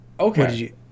Okay